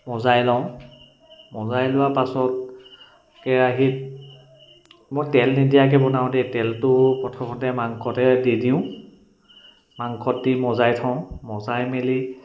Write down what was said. মজাই লওঁ মজাই লোৱা পাছত কেৰাহিত মই তেল নিদিয়াকৈ বনাওঁ দেই তেলটো প্ৰথমতে মাংসতে দি দিওঁ মাংসত দি মজাই থওঁ মজাই মেলি